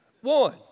one